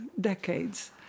decades